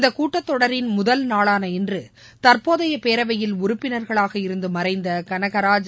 இந்தக் கூட்டத் தொடரின் முதல்நாளான இன்று தற்போதைய பேரவையில் உறுப்பினர்களாக இருந்து மறைந்த கனகராஜ்